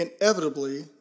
inevitably